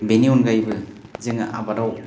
बेनि अनगायैबो जोङो आबादाव